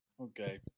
Okay